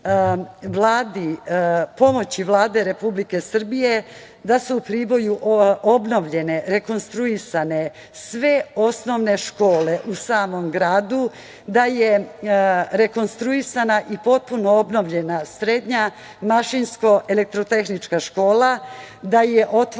u Priboju obnovljene, rekonstruisane sve osnovne škole u samom gradu, da je rekonstruisana i potpuno obnovljena srednja mašinsko-elektrotehnička škola, da je otvoren